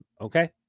okay